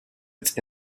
its